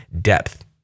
depth